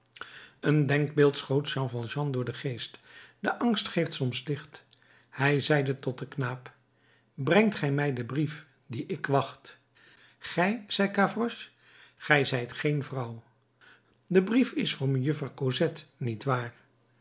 een denkbeeld schoot jean valjean door den geest de angst geeft soms licht hij zeide tot den knaap brengt gij mij den brief dien ik wacht gij zei gavroche ge zijt geen vrouw de brief is voor mejuffer cosette niet waar